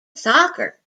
soccer